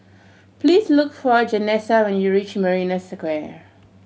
please look for Janessa when you reach Marina Square